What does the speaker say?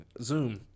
Zoom